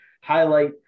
highlight